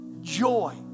joy